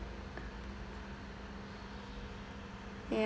ya